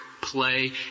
play